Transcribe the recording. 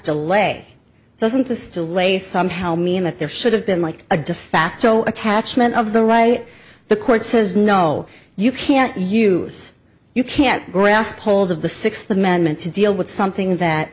delay doesn't this delay somehow mean that there should have been like a de facto attachment of the right the court says no you can't use you can't grasp hold of the sixth amendment to deal with something that